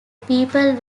people